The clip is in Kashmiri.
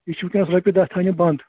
یہِ چھُ وُنکٮ۪نَس رۄپیہِ دَہ تھاونہِ بنٛد